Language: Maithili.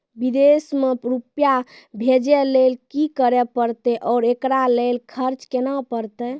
विदेश मे रुपिया भेजैय लेल कि करे परतै और एकरा लेल खर्च केना परतै?